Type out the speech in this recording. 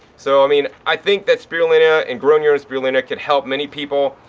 so mean, i think that spirulina and growing your own spirulina could help many people.